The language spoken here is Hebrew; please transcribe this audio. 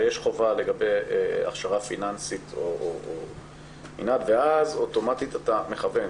הרי יש חובה לגבי הכשרה פיננסית ואז אוטומטית אתה מכוון.